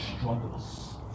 struggles